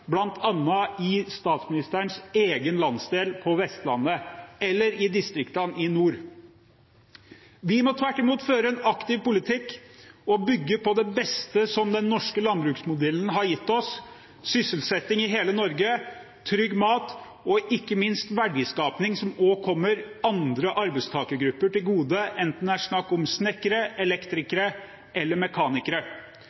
nord. Vi må tvert imot føre en aktiv politikk og bygge på det beste som den norske landbruksmodellen har gitt oss: sysselsetting i hele Norge, trygg mat og ikke minst verdiskaping som også kommer andre arbeidstakergrupper til gode, enten det er snakk om snekkere,